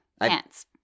Pants